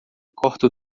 corta